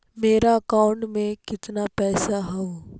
मेरा अकाउंटस में कितना पैसा हउ?